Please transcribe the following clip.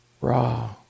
raw